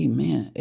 Amen